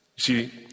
See